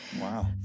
Wow